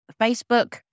Facebook